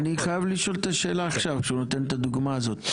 אני חייב לשאול את השאלה עכשיו כשהוא נותן את הדוגמה הזאת,